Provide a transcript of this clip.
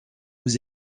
aux